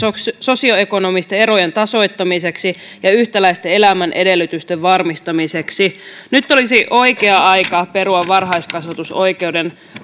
sosioekonomisten erojen tasoittamiseksi ja yhtäläisten elämän edellytysten varmistamiseksi nyt olisi oikea aika perua varhaiskasvatusoikeuden